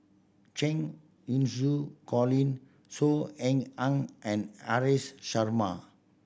Cheng Xinru Colin Saw Ean Ang and Haresh Sharma